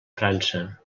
frança